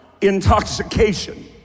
intoxication